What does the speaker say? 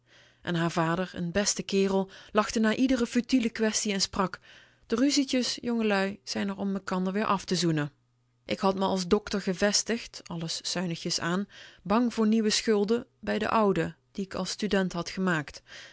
en haar vader n beste kerel lachte na iedere futiele kwestie en sprak de ruzietjes jongelui zijn r om mekander weer af te zoenen ik had me als dokter gevestigd alles zuinigjes aan bang voor nieuwe schulden bij de oude die k als student had gemaakt